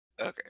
Okay